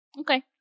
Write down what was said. Okay